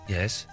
Yes